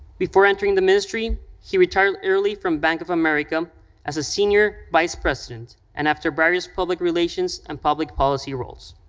before entering the ministry, he retired early from bank of america as a senior vice president and after various public relations and public policy roles.